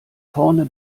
vorne